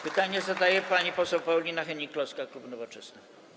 Pytanie zadaje pani poseł Paulina Hennig-Kloska, klub Nowoczesna.